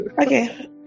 Okay